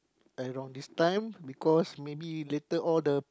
around this time because maybe later all the